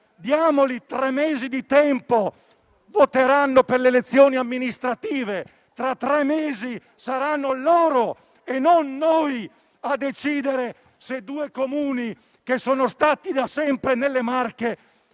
Diamo loro tre mesi di tempo; voteranno per le elezioni amministrative e fra tre mesi saranno loro, non noi, a decidere se due Comuni che sono stati da sempre nelle Marche